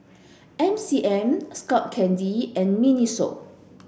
M C M Skull Candy and Miniso